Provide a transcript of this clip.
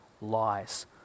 lies